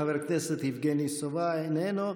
חבר הכנסת יבגני סובה, איננו.